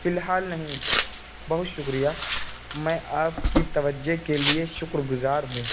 فی الحال نہیں بہت شکریہ میں آپ کی توجہ کے لیے شکرگزار ہوں